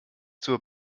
zur